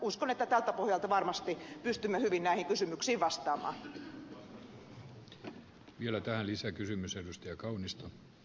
uskon että tältä pohjalta varmasti pystymme hyvin näihin kysymyksiin vastaamaan